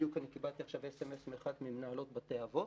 בדיוק קיבלתי עכשיו SMS מאחת ממנהלות בתי אבות.